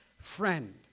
friend